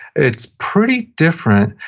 it's pretty different,